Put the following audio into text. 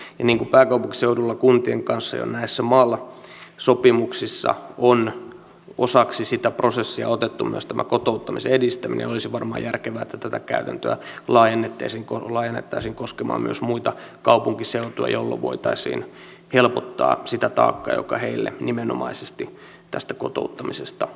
ja niin kuin pääkaupunkiseudulla kuntien kanssa jo näissä mal sopimuksissa on osaksi sitä prosessia otettu myös tämä kotouttamisen edistäminen olisi varmaan järkevää että tätä käytäntöä laajennettaisiin koskemaan myös muita kaupunkiseutuja jolloin voitaisiin helpottaa sitä taakkaa joka heille nimenomaisesti tästä kotouttamisesta tulee